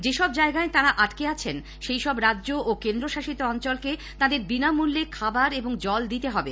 যেসব জায়গায় তারা আটকে আছেন সেইসব রাজ্য ও কেন্দ্রশাসিত অঞ্চলকে তাদের বিনামূল্যে খাবার এবং জল দিতে হবে